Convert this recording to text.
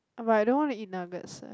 but I don't wanna eat nuggets eh